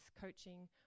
coaching